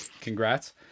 Congrats